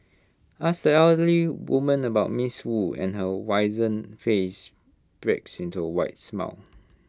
ask the elderly woman about miss wu and her wizened face breaks into A wide smile